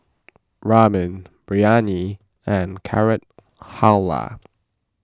Ramen Biryani and Carrot Halwa